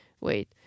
wait